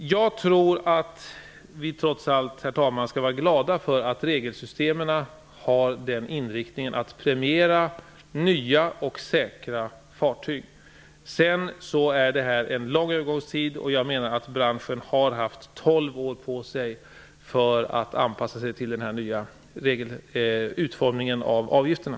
Jag tycker att vi trots allt skall vara glada över att regelsystemen har inriktningen att premiera nya och säkra fartyg. Det är fråga om en lång övergångstid. Jag menar att branschen har haft 12 år på sig att anpassa sig till den nya utform ningen av avgifterna.